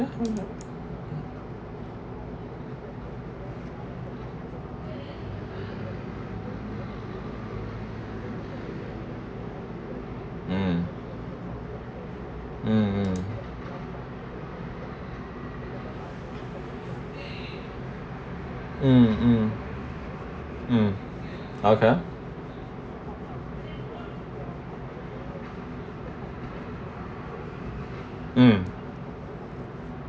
um mm mm mm mm mm okay um